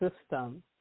system